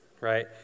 right